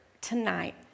tonight